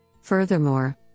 Furthermore